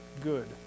good